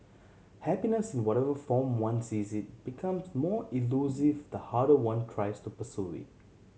happiness in whatever form one sees it becomes more elusive the harder one tries to pursue